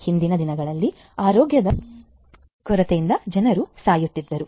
ಹಿಂದಿನ ದಿನಗಳಲ್ಲಿ ಆರೋಗ್ಯದ ಕೊರತೆಯಿಂದ ಜನರು ಸಾಯುತ್ತಿದ್ದರು